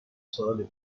سوالی